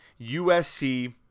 USC